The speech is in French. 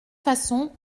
façon